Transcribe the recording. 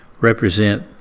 represent